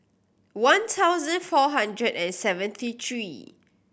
one thousand four hundred and seventy three